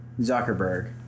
Zuckerberg